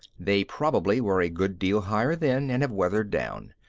they probably were a good deal higher then and have weathered down.